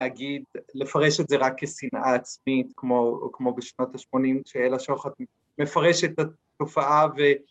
‫להגיד, לפרש את זה רק כשנאה עצמית, ‫כמו בשנות ה-80, ‫שאלה שוחט מפרשת את התופעה ו...